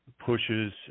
pushes